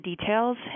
details